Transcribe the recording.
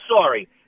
sorry